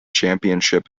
championship